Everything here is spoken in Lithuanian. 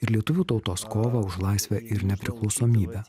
ir lietuvių tautos kovą už laisvę ir nepriklausomybę